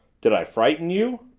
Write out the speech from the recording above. did i frighten you?